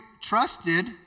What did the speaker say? trusted